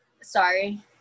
sorry